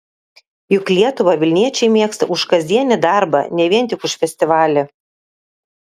juk lietuvą vilniečiai mėgsta už kasdienį darbą ne vien tik už festivalį